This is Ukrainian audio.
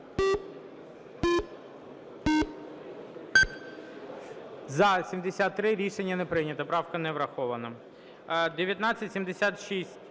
За-73 Рішення не прийнято, правка не врахована.